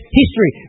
history